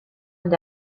and